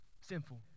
Sinful